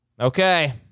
Okay